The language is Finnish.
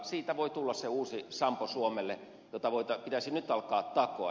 siitä voi tulla suomelle se uusi sampo jota pitäisi nyt alkaa takoa